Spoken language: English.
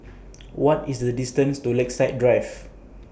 What IS The distance to Lakeside Drive